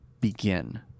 begin